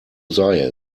sei